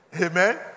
Amen